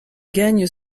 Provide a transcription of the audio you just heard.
gagne